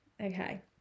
okay